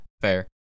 fair